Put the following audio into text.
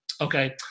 Okay